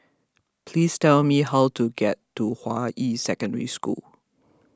please tell me how to get to Hua Yi Secondary School